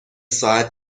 ساعت